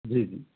जी जी